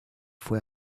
fue